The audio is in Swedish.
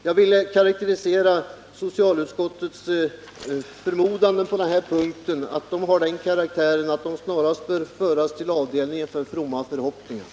Jag vill karakterisera socialutskottets förmodanden på den här punkten som någonting som snarast bör föras över till avdelningen för fromma förhoppningar.